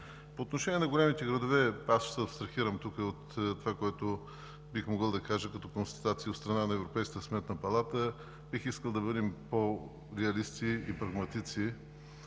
По отношение на големите градове – абстрахирам се от това, което бих могъл да кажа като констатация от страна на Европейската сметна палата. Бих искал да бъдем по-реалисти и прагматици